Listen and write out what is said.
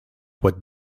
what